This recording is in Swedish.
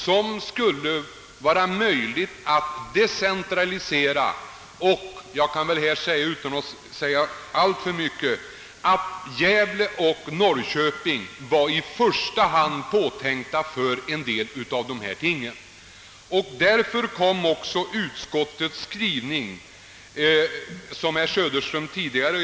Jag säger väl inte för mycket om jag nämner att Gävle och Norrköping i det sammanhanget var bl.a. de städer som var påtänkta. Därför skrev utskottet också på det sätt som herr Söderström här återgivit.